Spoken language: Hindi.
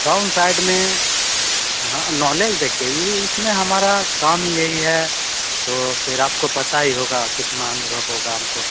टाउन साइट में हाँ नॉलेज देखिए ई इसमें हमारा कम यही है तो फ़िर आपको पता ही होगा कितना अनुभव होगा हमको